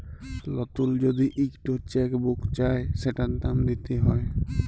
লতুল যদি ইকট চ্যাক বুক চায় সেটার দাম দ্যিতে হ্যয়